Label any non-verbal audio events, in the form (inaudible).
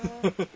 (laughs)